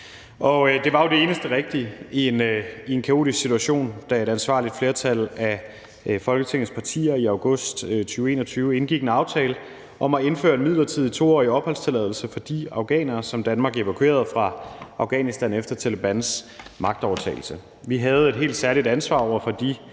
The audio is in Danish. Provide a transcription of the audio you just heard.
Det var jo det eneste rigtige i en kaotisk situation, da et ansvarligt flertal af Folketingets partier i august 2021 indgik en aftale om at indføre en midlertidig 2-årig opholdstilladelse for de afghanere, som Danmark evakuerede fra Afghanistan efter Talebans magtovertagelse. Vi havde et helt særligt ansvar over for de mennesker,